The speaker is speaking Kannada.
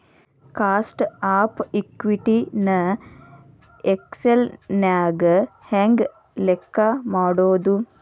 ಕಾಸ್ಟ್ ಆಫ್ ಇಕ್ವಿಟಿ ನ ಎಕ್ಸೆಲ್ ನ್ಯಾಗ ಹೆಂಗ್ ಲೆಕ್ಕಾ ಮಾಡೊದು?